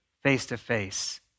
face-to-face